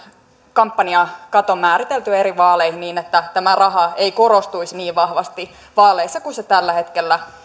kampanjakaton määriteltyä eri vaaleihin niin että raha ei korostuisi niin vahvasti kuin se tällä hetkellä